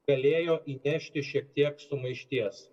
galėjo įnešti šiek tiek sumaišties